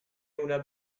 una